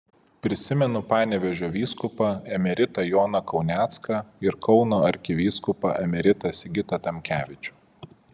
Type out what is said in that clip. prisimenu panevėžio vyskupą emeritą joną kaunecką ir kauno arkivyskupą emeritą sigitą tamkevičių